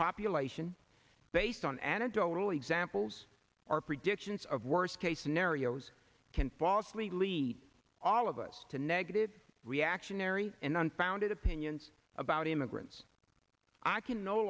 population based on anecdotal examples are predictions of worst case scenarios can falsely lead all of us to negative reactionary and unfounded opinions about immigrants i can no